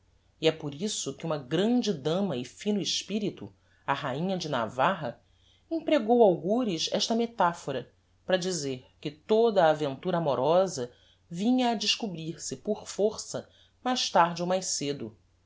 e é por isso que uma grande dama e fino espirito a rainha de navarra empregou algures esta metaphora para dizer que toda a aventura amorosa vinha a descobrir se por força mais tarde ou mais cedo